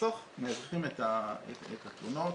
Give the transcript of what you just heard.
לחסוך מהאזרחים את התלונות.